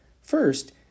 First